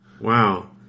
Wow